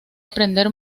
aprender